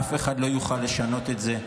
אף אחד לא יוכל לשנות את זה.